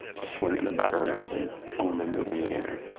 swinging the bat around and only moving the air.